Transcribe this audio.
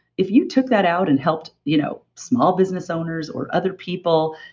if you took that out and helped you know small business owners or other people,